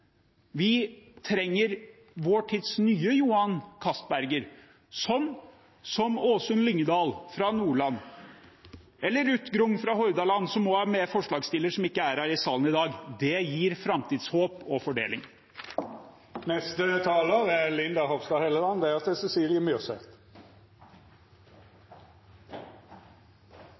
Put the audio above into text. Vi trenger vår tids nye Johan Castberg-er, som Åsunn Lyngedal fra Nordland eller Ruth Grung fra Hordaland – som ikke er her i salen i dag – som begge er medforslagsstillere. Det gir framtidshåp og fordeling. En enstemmig komité fra 2015 understreker i en merknad at «det også for havbruksnæringen er